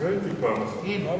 ההצבעה נסתיימה.